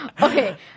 Okay